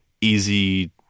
easy